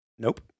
Nope